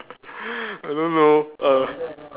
I don't know err